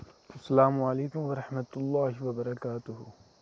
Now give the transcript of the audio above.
اَسلام علیکُم ورحمتہُ اللہ وبرکاتہوٗ